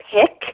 pick